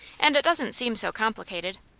and it doesn't seem so complicated.